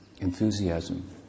enthusiasm